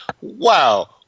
wow